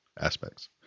aspects